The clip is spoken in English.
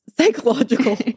psychological